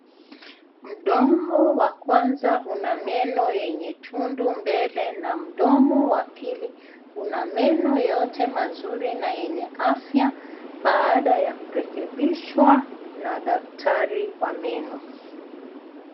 Mdomo wa kwanza una meno yenye tundu mbele na mdomo wa pili lina meno yote mazuri na yenye afya baada ya kurekebisha na daktari wa meno.